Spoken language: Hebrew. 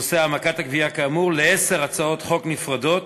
נושא העמקת הגבייה כאמור לעשר הצעות חוק נפרדות,